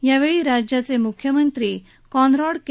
यावेळी राज्याचे मुख्यमंत्री कॉनराड के